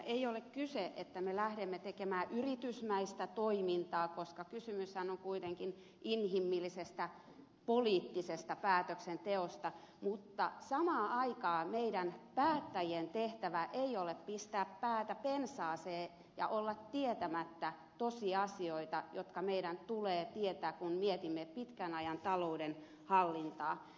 ei ole kyse siitä että me lähdemme tekemään yritysmäistä toimintaa koska kysymyshän on kuitenkin inhimillisestä poliittisesta päätöksenteosta mutta samaan aikaan meidän päättäjien tehtävä ei ole pistää päätä pensaaseen ja olla tietämättä tosiasioita jotka meidän tulee tietää kun mietimme pitkän ajan talouden hallintaa